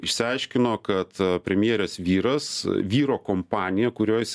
išsiaiškino kad premjerės vyras vyro kompanija kurioje jis